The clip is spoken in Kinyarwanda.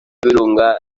y’ibirunga